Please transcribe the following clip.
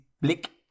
Blick